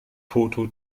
foto